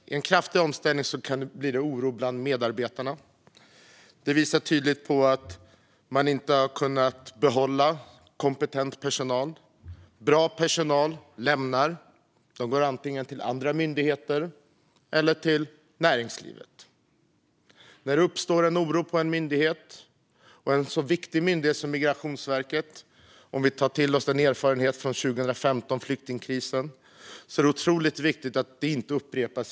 Vid en kraftig omställning kan det bli oro bland medarbetarna. Detta visas tydligt av att man inte har kunnat behålla kompetent personal. Bra personal har lämnat myndigheten, antingen till andra myndigheter eller till näringslivet. När det uppstår oro på en så viktig myndighet som Migrationsverket är det otroligt viktigt att erfarenheterna från flyktingkrisen 2015 inte upprepas.